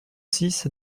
six